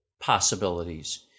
possibilities